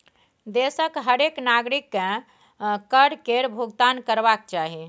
देशक हरेक नागरिककेँ कर केर भूगतान करबाक चाही